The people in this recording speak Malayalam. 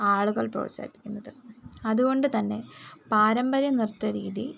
ആളുകൾ പ്രോത്സാഹിപ്പിക്കുന്നത് അത്കൊണ്ട് തന്നെ പാരമ്പര്യ നൃത്തരീതി